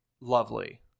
lovely